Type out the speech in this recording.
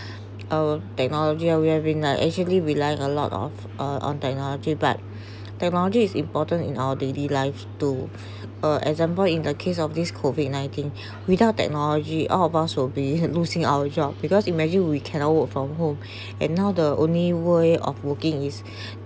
uh technology are we having now actually rely a lot of uh on technology but technology is important in our daily lives to uh example in the case of this COVID-nineteen without technology all of us will be losing our job because imagine we cannot work from home and now the only way of working is